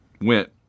went